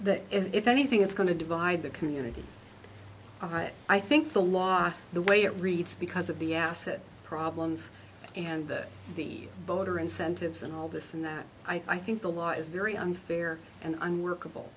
that if anything it's going to divide the community i think the law is the way it reads because of the asset problems and that the voter incentives and all this and that i think the law is very unfair and unworkable